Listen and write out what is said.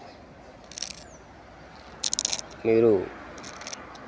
మీరు